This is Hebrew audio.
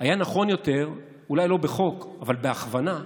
היה נכון יותר, אולי לא בחוק אבל בהכוונה,